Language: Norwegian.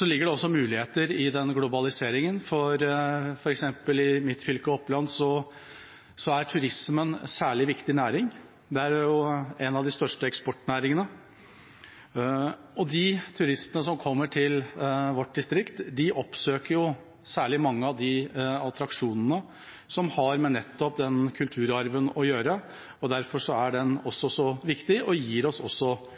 ligger det også muligheter i denne globaliseringen, for f.eks. i mitt fylke, Oppland, er turismen en særlig viktig næring. Det er en av de største eksportnæringene, og de turistene som kommer til vårt distrikt, oppsøker særlig mange av de attraksjonene som har med nettopp denne kulturarven å gjøre. Derfor er den så viktig, og den gir oss også